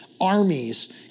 armies